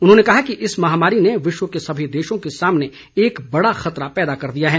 उन्होंने कहा कि इस महामारी ने विश्व के सभी देशों के सामने एक बड़ा खतरा पैदा कर दिया है